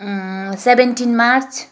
seventeen March